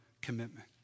commitment